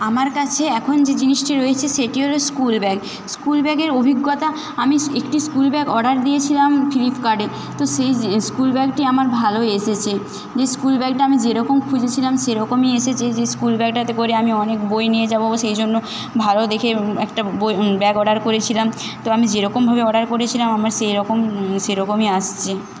আমার কাছে এখন যে জিনিসটি রয়েছে সেটি হল স্কুল ব্যাগ স্কুল ব্যাগের অভিজ্ঞতা আমি একটি স্কুল ব্যাগ অর্ডার দিয়েছিলাম ফ্লিপকার্টে তো সেই স্কুল ব্যাগটি আমার ভালো এসেছে যে স্কুল ব্যাগটা আমি যেরকম খুঁজেছিলাম সেরকমই এসেছে যে স্কুল ব্যাগটাতে করে আমি অনেক বই নিয়ে যাব সেজন্য ভালো দেখে একটা ব্যাগ অর্ডার করেছিলাম তো আমি যেরকমভাবে অর্ডার করেছিলাম আমার সেইরকম সেরকমই আসছে